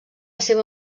seva